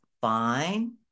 fine